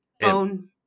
phone